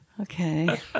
okay